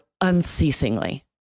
unceasingly